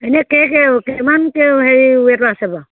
এনেই কে কে কিমানকৈ হেৰি ৱেটৰ আছে বাৰু